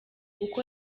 uko